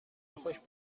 خشک